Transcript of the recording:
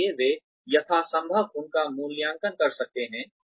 इसलिए वे यथासंभव उनका मूल्यांकन कर सकते हैं